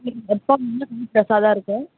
பிரெஷ்ஷாகதான் இருக்கும்